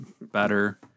better